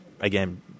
again